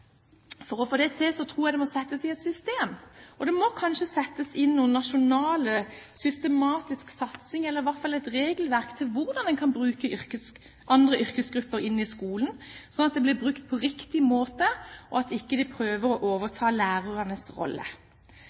For å få det til, tror jeg det må settes i et system, og det må kanskje settes inn en nasjonal systematisk satsing, eller i hvert fall et regelverk for hvordan man kan bruke andre yrkesgrupper i skolen, slik at de blir brukt på riktig måte, og at de ikke prøver å overta lærernes rolle.